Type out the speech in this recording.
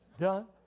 done